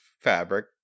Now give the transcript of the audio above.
fabric